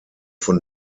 von